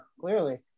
clearly